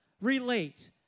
relate